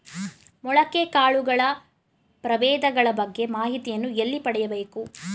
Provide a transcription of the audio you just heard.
ಮೊಳಕೆ ಕಾಳುಗಳ ಪ್ರಭೇದಗಳ ಬಗ್ಗೆ ಮಾಹಿತಿಯನ್ನು ಎಲ್ಲಿ ಪಡೆಯಬೇಕು?